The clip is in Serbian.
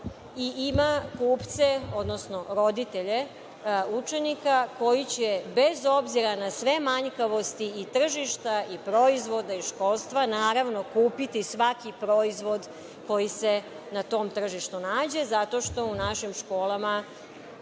i ima kupce, odnosno roditelje učenika koji će, bez obzira na sve manjkavosti i tržišta i proizvoda i školstva, naravno, kupiti svaki proizvod koji se na tom tržištu nađe, zato što u našim školama